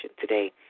today